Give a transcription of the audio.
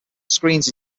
screens